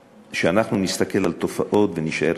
שאנחנו נסתכל על תופעות ונישאר אדישים.